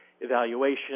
evaluation